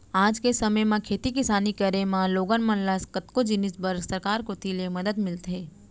आज के समे म खेती किसानी करे म लोगन मन ल कतको जिनिस बर सरकार कोती ले मदद मिलथे